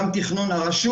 גם תכנון הרשות.